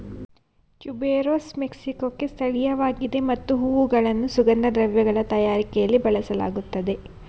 tuberose ಮೆಕ್ಸಿಕೊಕ್ಕೆ ಸ್ಥಳೀಯವಾಗಿದೆ ಮತ್ತು ಹೂವುಗಳನ್ನು ಸುಗಂಧ ದ್ರವ್ಯಗಳ ತಯಾರಿಕೆಯಲ್ಲಿ ಬಳಸಲಾಗುತ್ತದೆ